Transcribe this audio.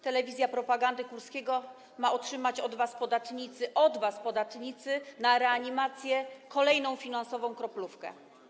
Telewizja propagandy Kurskiego, ciągle na minusie, ma otrzymać od was, podatnicy - od was, podatnicy - na reanimację kolejną finansową kroplówkę.